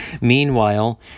meanwhile